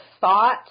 thought